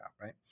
right